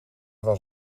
was